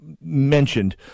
mentioned